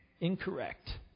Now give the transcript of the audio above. incorrect